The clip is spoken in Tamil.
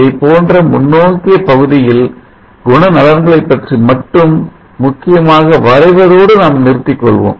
இதைப்போன்ற முன்னோக்கிய பகுதியில் குணநலன்களைப் பற்றி மட்டும் முக்கியமாக வரைவதோடு நாம்நிறுத்திக் கொள்வோம்